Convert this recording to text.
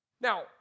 Now